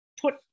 put